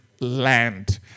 land